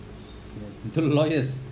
the lawyers